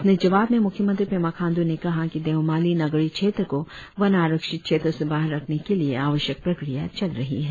अपने जवाब में म्ख्यमंत्री पेमा खाण्ड् ने कहा कि देउमाली नगरीय क्षेत्र को वन आरक्षित क्षेत्र से बाहर रखने के लिए आवश्यक प्रक्रिया चल रही है